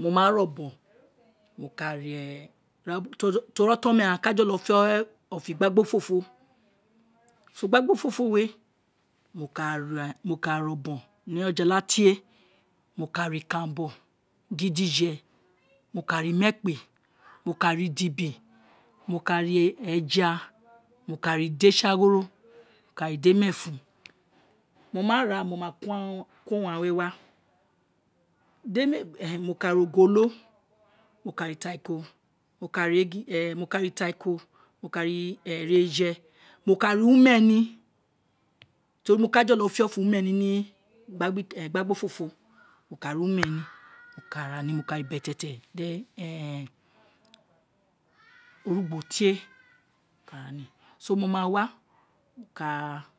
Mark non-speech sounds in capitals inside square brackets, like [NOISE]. mo ma re obon maka ri teri otan ghan, aka jolo fe ofo igbagba ofofo, so igbagba ofofo we [HESITATION] mo ka re obon ni ejijala tie mo kara ikan ranbo, mo kara imekpe, mo ka ra idibi, mo ka ra [HESITATION] eja, mo ka ra ide saghoro, mo ka ra idimefun, mo ma ra ko urun ghan we wa, di emi [HESITATION] mo ka ra ogolo, mo ra atariko mo ra iregeje, mo ka ra umeni teri mo ka jolo fe ofo umeni ni igbagba ofofo, mo ka ra [NOISE] umeni mo ka [HESITATION] ka ra beletietie then [HESITATION] [NOISE] ma ka ra ni so mo ma wa.